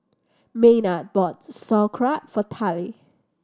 Maynard bought Sauerkraut for Tallie